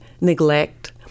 neglect